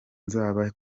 nzaba